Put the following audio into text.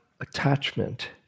attachment